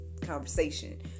conversation